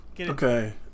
Okay